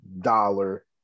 dollar